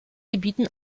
gebieten